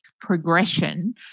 progression